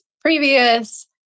previous